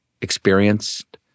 experienced